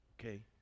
Okay